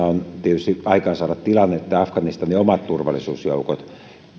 on tietysti aikaansaada tilanne että afganistanin omat turvallisuusjoukot